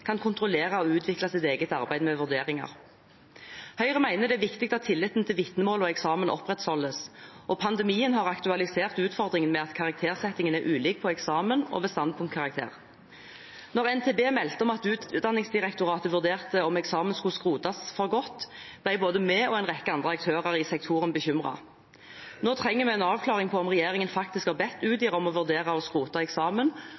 kan kontrollere og utvikle sitt eget arbeid med vurderinger. Høyre mener det er viktig at tilliten til vitnemålene og eksamen opprettholdes, og pandemien har aktualisert utfordringen med at karaktersettingen er ulik på eksamen og ved standpunktkarakter. Da NTB meldte om at Utdanningsdirektoratet vurderte om eksamen skulle skrotes for godt, ble både vi og en rekke andre aktører i sektoren bekymret. Nå trenger vi en avklaring om regjeringen faktisk har bedt Utdanningsdirektoratet om å vurdere å skrote eksamen,